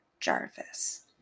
Jarvis